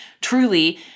truly